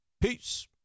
Peace